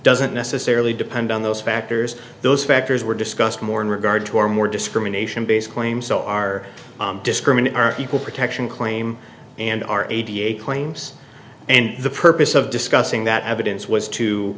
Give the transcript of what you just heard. doesn't necessarily depend on those factors those factors were discussed more in regard to our more discrimination based claim so our discriminant are equal protection claim and are eighty eight claims and the purpose of discussing that evidence was to